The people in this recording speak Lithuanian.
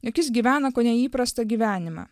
jog jis gyvena kone įprastą gyvenimą